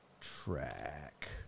track